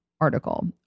Article